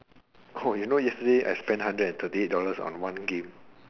you know yesterday I spent hundred and thirty eight dollars on one game